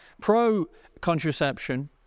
pro-contraception